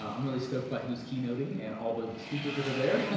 i'm really stoked by who's key noting and all the speakers that are there,